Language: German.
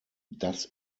das